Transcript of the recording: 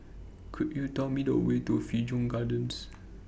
Could YOU Tell Me The Way to Figaro Gardens